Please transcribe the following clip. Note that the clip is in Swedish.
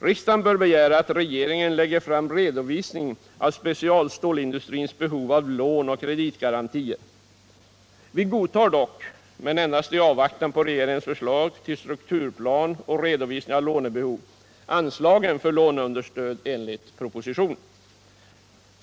Riksdagen bör begära att regeringen lägger fram redovisning av specialstålindustrins behov av lån och kreditgarantier. Vi godtar dock — men endast i avvaktan på regeringens förslag till strukturplan och redovisning av lånebehovet — anslagen för låneunderstöd enligt propositionen.